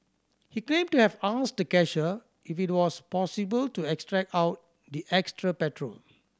he claimed to have asked the cashier if it was possible to extract out the extra petrol